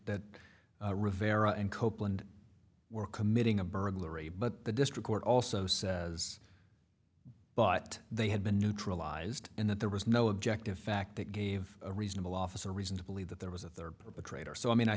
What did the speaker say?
that rivera and copeland were committing a burglary but the district court also says but they had been neutralized and that there was no objective fact that gave reasonable officer reason to believe that there was a third perpetrator so i mean i